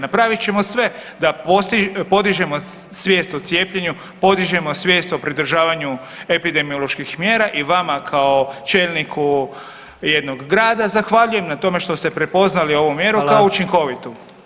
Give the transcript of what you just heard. Napravit ćemo sve da podižemo svijest o cijepljenju, podižemo svijest o pridržavanju epidemioloških mjera i vama kao čelniku jednog grada zahvaljujem na tome što ste prepoznali ovu mjeru kao učinkovitu.